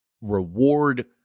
reward